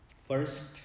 First